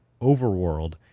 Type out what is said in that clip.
Overworld